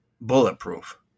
bulletproof